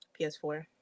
PS4